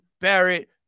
Barrett